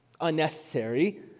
unnecessary